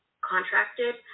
contracted